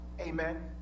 Amen